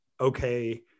okay